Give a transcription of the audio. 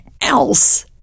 else